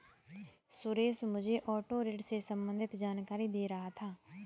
सुरेश मुझे ऑटो ऋण से संबंधित जानकारी दे रहा था